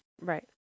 Right